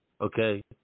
Okay